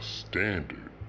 standard